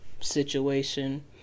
situation